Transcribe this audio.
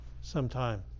sometime